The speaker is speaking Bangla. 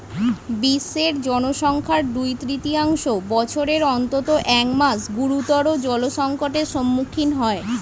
বিশ্বের জনসংখ্যার দুই তৃতীয়াংশ বছরের অন্তত এক মাস গুরুতর জলসংকটের সম্মুখীন হয়